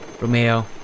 Romeo